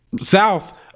south